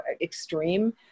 extreme